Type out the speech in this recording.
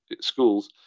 schools